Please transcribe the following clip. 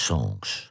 Songs